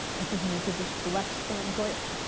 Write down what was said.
i think you need to just relax and enjoy it.